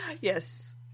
Yes